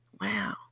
wow